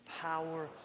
power